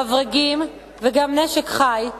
מברגים וגם נשק חי,